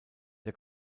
der